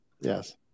yes